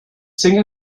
sing